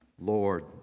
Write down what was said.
Lord